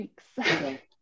Thanks